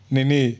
Nini